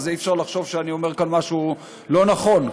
אז אי-אפשר לחשוב שאני אומר כאן משהו לא נכון.